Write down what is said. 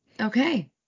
Okay